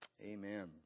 Amen